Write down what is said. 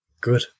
Good